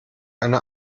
eine